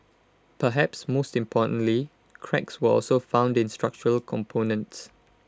perhaps most importantly cracks were also found in structural components